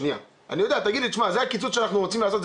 אתה תגיד: זה הקיצוץ שאנחנו רוצים לעשות,